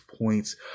points